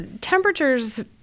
Temperatures